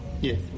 Yes